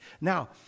Now